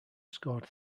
scored